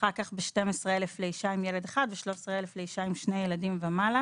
אחר כך ב-12,000 לאשה עם ילד אחד ו-13,000 לאשה עם שני ילדים ומעלה.